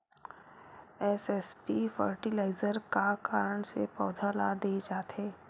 SSP fertiliser का कारण से पौधा ल दे जाथे?